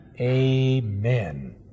Amen